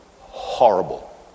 horrible